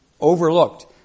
overlooked